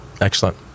Excellent